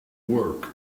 work